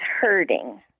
hurting